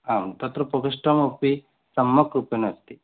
आं तत्र प्रकोष्ठः अपि सम्यग्रूपेण अस्ति